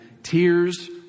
Tears